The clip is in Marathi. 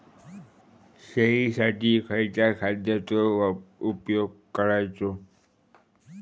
शेळीसाठी खयच्या खाद्यांचो उपयोग करायचो?